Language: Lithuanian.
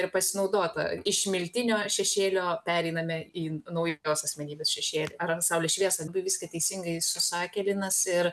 ir pasinaudota iš miltinio šešėlio pereiname į naujos asmenybės šešėlį ar saulės šviesą viską teisingai susakė linas ir